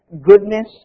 goodness